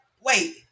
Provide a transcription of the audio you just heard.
wait